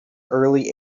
early